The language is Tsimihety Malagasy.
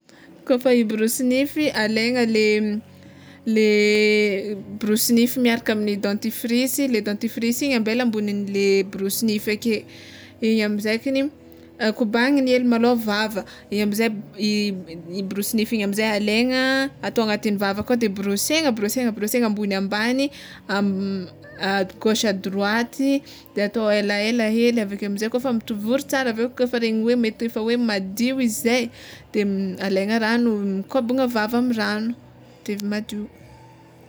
Kôfa hiborosy nify alaigna le le borosy nify maraka amy dentifrisy le dentifrisy igny ambela amboninle borosy nify ake, igny amizay kny kobaniny hely malôha vava, igny amizay i i borosy nify igny amizay alegna atao agnatin'ny vava aka de borosena borosena borosena ambony ambany am- a gauche a droity de atao helahela hely aveke amizay kôfa mitovory tsara aveo kôfa regniny hoe mety efa hoe madio izy zay de alaigna ragno mikobana vava amy ragno de madio.